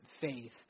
faith